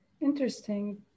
interesting